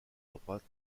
droite